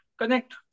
connect